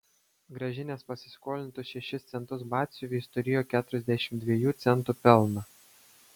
grąžinęs pasiskolintus šešis centus batsiuviui jis turėjo keturiasdešimt dviejų centų pelną